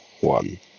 one